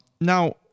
Now